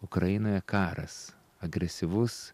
ukrainoje karas agresyvus